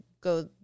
go